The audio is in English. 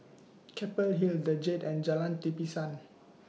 Keppel Hill The Jade and Jalan Tapisan